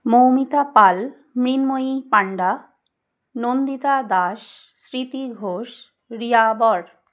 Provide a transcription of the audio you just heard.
মৌমিতা পাল মৃন্ময়ী পাণ্ডা নন্দিতা দাস স্মৃতি ঘোষ রিয়া বর